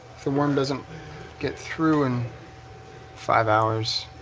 if the worm doesn't get through in five hours